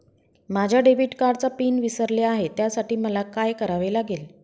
माझ्या डेबिट कार्डचा पिन विसरले आहे त्यासाठी मला काय करावे लागेल?